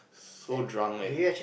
so drunk and